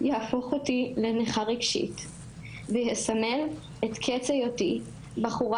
יהפוך אותי לנכה רגשית ויסמן את קץ היותי בחורה